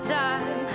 time